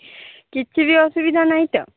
କିଛି ବି ଅସୁବିଧା ନାହିଁ ତ